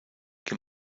que